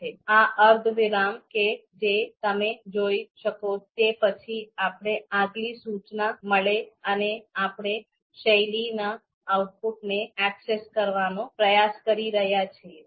આ અર્ધવિરામ કે જે તમે જોઈ શકો તે પછી આપણે આગલી સૂચના મળે છે અને આપણે શૈલીના આઉટપુટને એક્સસ કરવાનો પ્રયાસ કરી રહ્યા છીએ